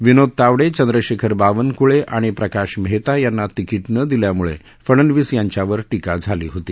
विनोद तावडे चंद्रशेखर बावनक्ळे आण प्रकाश मेहता यांना तिकीट नं दिल्यामुळे फडनवीस यांच्यावर टिका झाली होती